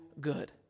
good